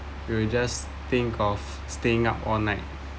we will just think of staying up all night